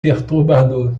perturbador